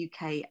UK